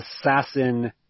assassin